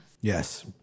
Yes